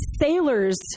sailors